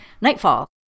Nightfall